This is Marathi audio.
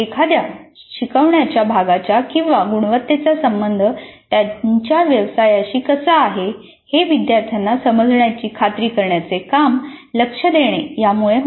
एखाद्या शिकवण्याच्या भागाच्या किंवा गुणवत्तेचा संबंध त्यांच्या व्यवसायाशी कसा आहे हे विद्यार्थ्यांना समजण्याची खात्री करण्याचे काम लक्ष देणे यामुळे होते